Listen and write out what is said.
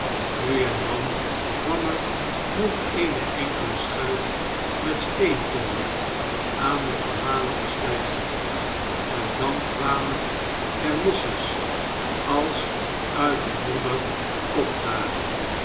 nu en dan kwam er nog eene enkele schuit met steenkolen aan den voormaligen steiger en dan kwamen er lossers als uit de modder opdagen